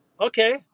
okay